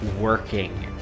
working